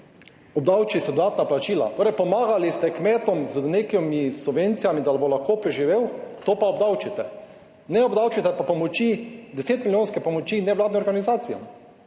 obdavči se dodatna plačila. Torej pomagali ste kmetom z nekimi subvencijami, da bo lahko preživel, to pa obdavčite, ne obdavčite pa pomoči, 10 milijonske pomoči nevladnim organizacijam.